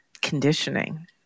conditioning